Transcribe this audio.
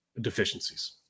deficiencies